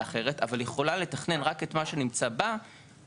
אחרת אבל יכולה לתכנן רק את מה שנמצא בה,